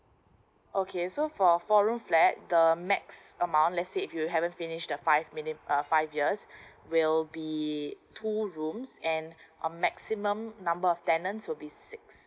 okay so for four room flat the max amount let's say if you haven't finished the five minim~ uh five years will be two rooms and a maximum number of tenants will be six